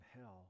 hell